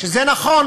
שזה נכון